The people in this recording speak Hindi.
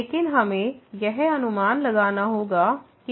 लेकिन हमें यह अनुमान लगाना होगा कि लिमिट L क्या है